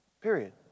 period